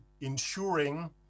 ensuring